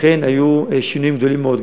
אכן היו שינויים גדולים מאוד,